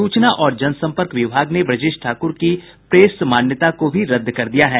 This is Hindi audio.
सूचना और जनसंपर्क विभाग ने ब्रजेश ठाकुर की प्रेस मान्यता को भी रद्द कर दिया है